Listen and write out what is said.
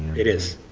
it is